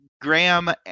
Graham